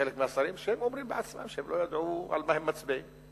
חלק מהשרים עצמם אומרים שהם לא ידעו על מה הם מצביעים.